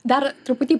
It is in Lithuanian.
dar truputį